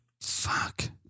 Fuck